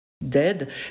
Dead